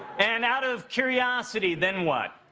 and out of curiosity, then what?